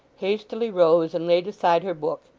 hastily rose and laid aside her book,